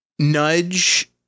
Nudge